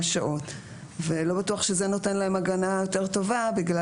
שעות ולא בטוח שזה נותן להם הגנה יותר טובה בגלל